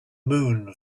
moon